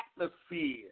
atmosphere